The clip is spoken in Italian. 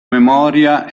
memoria